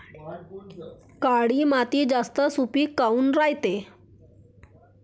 काळी माती जास्त सुपीक काऊन रायते?